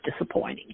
disappointing